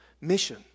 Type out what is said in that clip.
mission